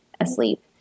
asleep